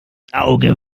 auge